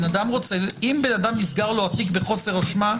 אם לבן אדם נסגר התיק בחוסר אשמה,